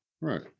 Right